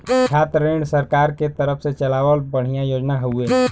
छात्र ऋण सरकार के तरफ से चलावल बढ़िया योजना हौवे